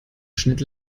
schnitt